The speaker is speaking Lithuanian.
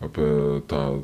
apie tą